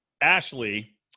ashley